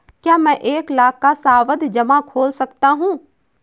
क्या मैं एक लाख का सावधि जमा खोल सकता हूँ?